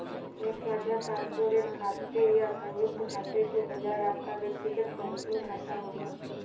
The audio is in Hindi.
एक साझा कॉर्पोरेट खाते या संयुक्त खाते के बजाय आपका व्यक्तिगत बैंकिंग खाता होगा